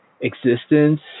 existence